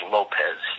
Lopez